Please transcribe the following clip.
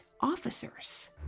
officers